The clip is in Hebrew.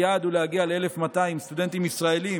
היעד הוא להגיע ל-1,200 סטודנטים ישראלים